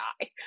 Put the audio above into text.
die